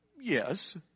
Yes